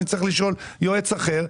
אני צריך לשאול יועץ אחר,